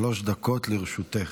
שלוש דקות לרשותך.